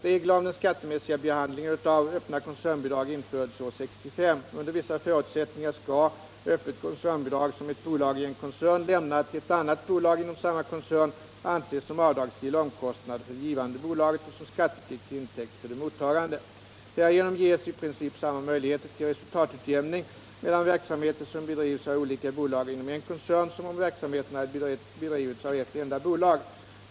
Regler om den skattemässiga behandlingen av öppna koncernbidrag infördes år 1965. Under vissa förutsättningar skall öppet koncernbidrag, som ett bolag i en koncern lämnar till ett annat bolag inom samma koncern, anses som avdragsgill omkostnad för det givande bolaget och som skattepliktig intäkt för det mottagande bolaget. Härigenom ges i princip samma möjligheter till resultatutjämning mellan verksamheter som bedrivs av olika bolag inom en koncern som om verksamheterna hade bedrivits av ett enda bolag.